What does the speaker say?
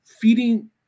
feeding